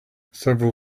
several